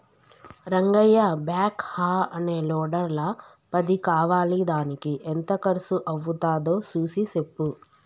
Rangayya backhoe అనే లోడర్ల పది కావాలిదానికి ఎంత కర్సు అవ్వుతాదో సూసి సెప్పు